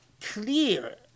clear